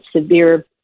severe